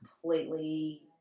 completely